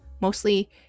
mostly